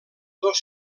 dos